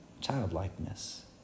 childlikeness